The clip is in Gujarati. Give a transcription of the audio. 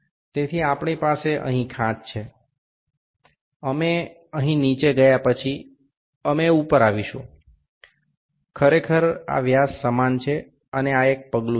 તેથી આપણી પાસે અહીં ખાંચ છે અમે અહીં નીચે ગયા પછી અમે ઉપર આવીશું ખરેખર આ વ્યાસ સમાન છે અને આ એક પગલું છે